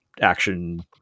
action